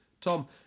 Tom